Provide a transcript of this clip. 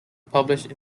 published